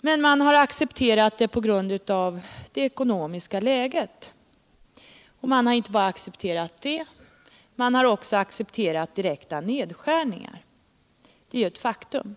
Men man har accepterat detta på grund av det ekonomiska läget. Man har inte bara 49 accepterat det, utan man har även accepterat direkta nedskärningar. Det är ett faktum.